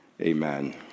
Amen